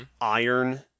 iron